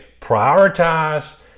Prioritize